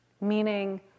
Meaning